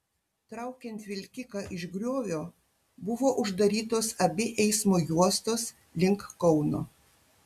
traukiant vilkiką iš griovio buvo uždarytos abi eismo juostos link kauno